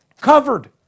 covered